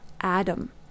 Adam